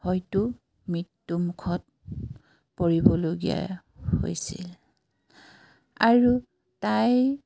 হয়তো মৃত্যুমুখত পৰিবলগীয়া হৈছিল আৰু তাই